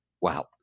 Wow